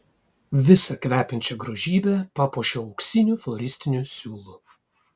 visą kvepiančią grožybę papuošiau auksiniu floristiniu siūlu